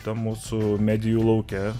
tam mūsų medijų lauke